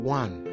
one